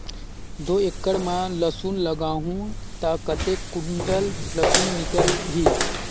दो एकड़ मां लसुन लगाहूं ता कतेक कुंटल लसुन निकल ही?